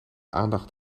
aandacht